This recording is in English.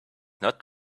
not